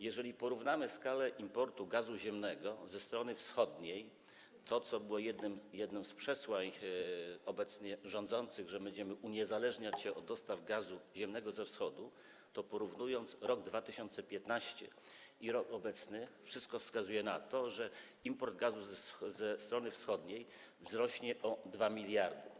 Jeżeli porównamy skalę importu gazu ziemnego ze strony wschodniej, to co było jednym z przesłań obecnie rządzących, że będziemy uniezależniać się od dostaw gazu ziemnego ze Wschodu, to gdy porównamy rok 2015 i rok obecny, wszystko wskazuje na to, że import gazu ze strony wschodniej wzrośnie o 2 mld.